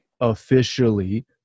officially